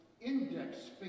index